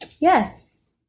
Yes